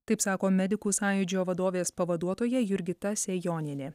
taip sako medikų sąjūdžio vadovės pavaduotoja jurgita sejonienė